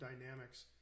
dynamics